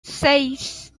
seis